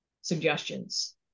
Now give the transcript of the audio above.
suggestions